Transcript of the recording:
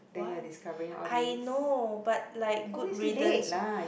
what I know but like good riddance